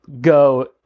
go